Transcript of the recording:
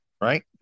right